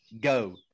go